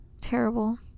terrible